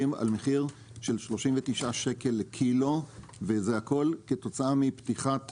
אנחנו מדברים על מחיר של 39 שקל לקילו וזה הכול כתוצאה מפתיחת